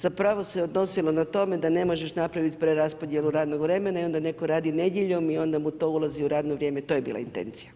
Zapravo se odnosilo na tome da ne možeš napravit preraspodjelu radnog vremena i onda netko radi nedjeljom i onda mu to ulazi u radno vrijeme, to je bila intencija.